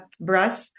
brush